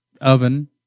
oven